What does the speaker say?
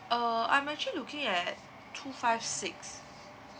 uh I'm actually looking at two five six